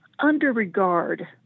underregard